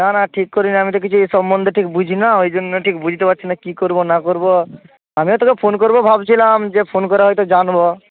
না না ঠিক করিনি আমি তো কিছু এই সম্বন্ধে ঠিক বুঝি না ওই জন্য ঠিক বুঝতে পারছি না কি করব না করব আমিও তোকে ফোন করবো ভাবছিলাম যে ফোন করে হয়তো জানব